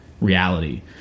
reality